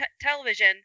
television